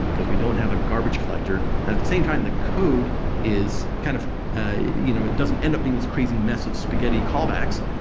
because we don't have a garbage collector. at the same time, the code is kind of you know it doesn't end up being this crazy mess of spaghetti callbacks.